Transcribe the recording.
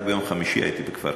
רק ביום חמישי הייתי בכפר-קאסם.